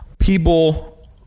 People